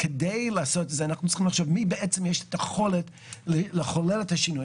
כדי באמת להרחיב את היכולת של הרשויות ליהנות יותר ממה שאפשר.